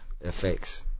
effects